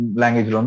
language